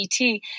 ET